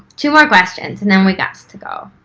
two more questions and then we gots to go.